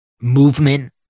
movement